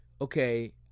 okay